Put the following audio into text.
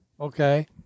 Okay